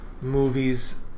movies